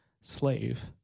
slave